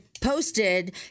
posted